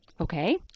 Okay